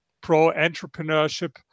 pro-entrepreneurship